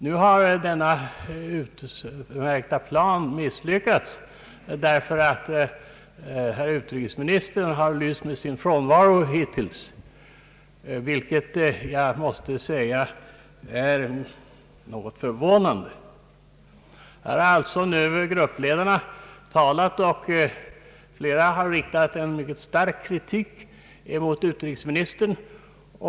Nu har denna utmärkta plan misslyckats därför att herr utrikesministern har lyst med sin frånvaro hittills, vilket jag måste säga är något förvånande. Gruppledarna har alltså nu talat, och fiera har riktat en mycket stark kritik mot utrikesministern.